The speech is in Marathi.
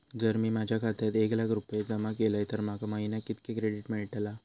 जर मी माझ्या खात्यात एक लाख रुपये जमा केलय तर माका महिन्याक कितक्या क्रेडिट मेलतला?